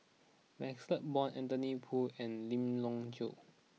Maxle Blond Anthony Poon and Lim Leong Geok